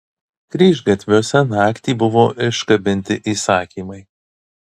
kryžgatviuose naktį buvo iškabinti įsakymai